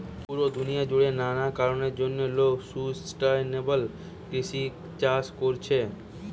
পুরা দুনিয়া জুড়ে নানা কারণের জন্যে লোক সুস্টাইনাবল কৃষি চাষ কোরছে